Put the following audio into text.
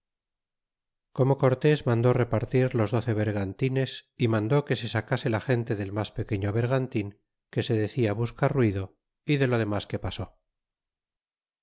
como cortés mandó repartir los doce bergantines y mandó que se sacase la gente del mas pequeño bergantin que se decia busca ruido y de lo ciernas que pasó